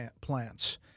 plants